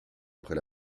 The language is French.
après